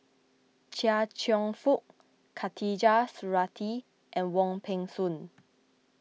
Chia Cheong Fook Khatijah Surattee and Wong Peng Soon